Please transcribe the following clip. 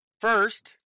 First